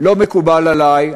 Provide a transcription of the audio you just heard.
לא מקובל עלי.